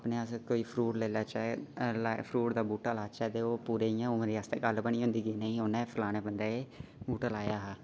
कोई फ्रूट लेई लैचै अगर फ्रूट दा बूह्टा लाचै तां ओह् पूरी उमरी आस्तै फलाने बंदे ने लाया हा